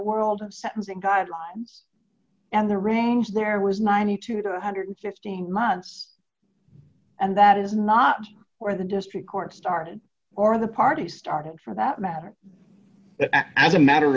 world of sentencing guidelines and the range there was ninety two to one hundred and fifteen months and that is not where the district court started or the party started for that matter t